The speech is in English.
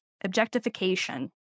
objectification